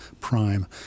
Prime